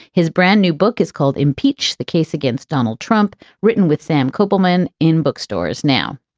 his brand new book is called impeach the case against donald trump. written with sam kopelman in bookstores now.